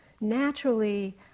naturally